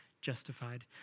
justified